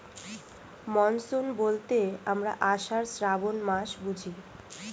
monsoon বলতে আমরা আষাঢ়, শ্রাবন মাস বুঝি